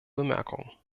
bemerkungen